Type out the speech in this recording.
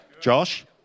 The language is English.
Josh